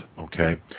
okay